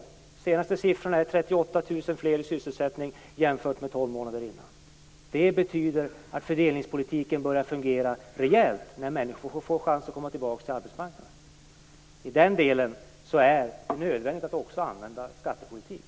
De senaste siffrorna visar på 38 000 fler i sysselsättning jämfört med tolv månader tidigare. Det betyder att fördelningspolitiken börjar fungera rejält. Människor får chansen att komma tillbaka till arbetsmarknaden. I den delen är det också nödvändigt att använda skattepolitik.